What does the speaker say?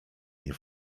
nie